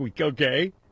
Okay